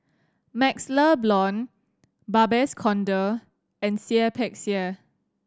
MaxLe Blond Babes Conde and Seah Peck Seah